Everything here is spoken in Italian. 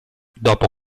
dopo